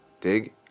Dig